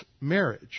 marriage